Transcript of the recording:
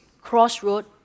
crossroad